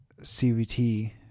CVT